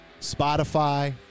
Spotify